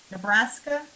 Nebraska